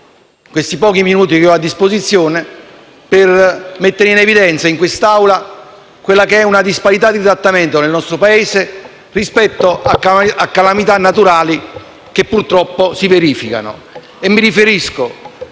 questi pochi minuti che ho a disposizione, mettere in evidenza in quest'Aula una disparità di trattamento nel nostro Paese rispetto a calamita naturali che purtroppo si verificano.